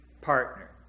partner